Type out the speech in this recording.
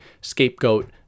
scapegoat